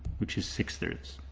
which is six thirds.